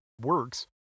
works